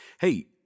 Hey